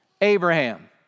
Abraham